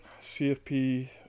CFP